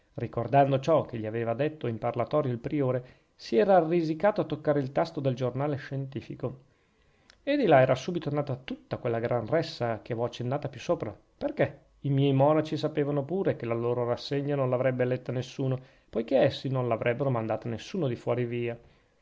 ricordando ciò che gli aveva detto in parlatorio il priore si era arrisicato a toccare il tasto del giornale scientifico e di là era subito nata tutta quella gran ressa che v'ho accennata più sopra perchè i miei monaci sapevano pure che la loro rassegna non l'avrebbe letta nessuno poichè essi non l'avrebbero mandata a nessuno di fuori via